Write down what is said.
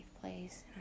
place